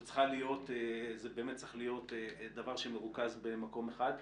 זה באמת צריך להיות דבר שמרוכז במקום אחד.